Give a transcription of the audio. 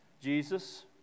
Jesus